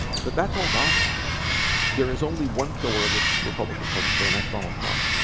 but that's all gone now there is only one pillar of the republican party today and that's donald trump.